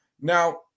Now